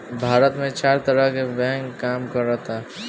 भारत में चार तरह के बैंक काम करऽता